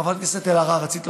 חברת הכנסת אלהרר, רצית להוסיף?